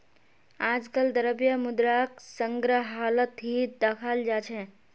आजकल द्रव्य मुद्राक संग्रहालत ही दखाल जा छे